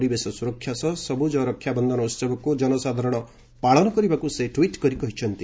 ପରିବେଶ ସ୍ତରକ୍ଷା ସହ ସବୃଜ ରକ୍ଷା ବନ୍ଧନ ଉହବକୁ ଜନସାଧାରଣ ପାଳନ କରିବାକୁ ସେ ଟ୍ୱିଟ୍ କରି କହିଛନ୍ତି